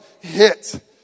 hit